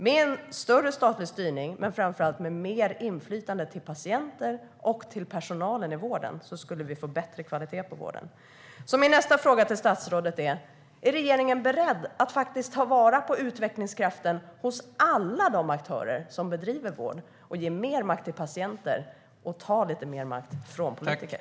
Med en större statlig styrning men framför allt med mer inflytande för patienter och för personalen i vården skulle vi få bättre kvalitet på vården. Min nästa fråga till statsrådet är: Är regeringen beredd att ta vara på utvecklingskraften hos alla de aktörer som bedriver vård och att ge mer makt till patienter och ta lite mer makt från politiker?